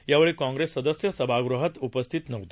यावेळी काँग्रेस सदस्य सभाग़हात उपस्थित नव्हते